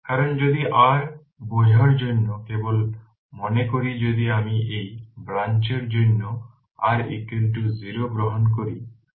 কারণ যদি r বোঝার জন্য কেবল মনে করি যদি আমি এই ব্রাঞ্চ এর জন্য R 0 গ্রহণ করি